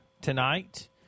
tonight